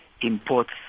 imports